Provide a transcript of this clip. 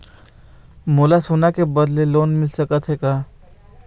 मोला सोना के बदले लोन मिल सकथे का?